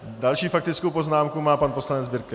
Další faktickou poznámku má pan poslanec Birke.